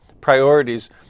priorities